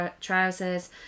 trousers